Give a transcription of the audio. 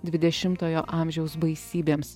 dvidešimtojo amžiaus baisybėms